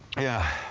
yeah.